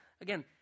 again